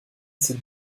ces